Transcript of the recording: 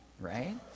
Right